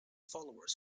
followers